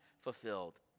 fulfilled